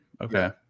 Okay